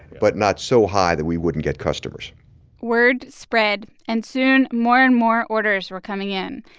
but not so high that we wouldn't get customers word spread, and soon more and more orders were coming in.